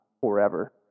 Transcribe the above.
forever